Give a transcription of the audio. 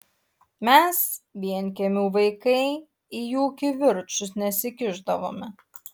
mes vienkiemių vaikai į jų kivirčus nesikišdavome